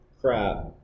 crap